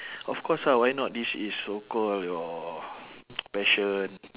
of course ah why not this is so call your passion